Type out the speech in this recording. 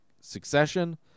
succession